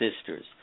sisters